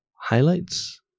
highlights